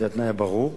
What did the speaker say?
זה התנאי הברור.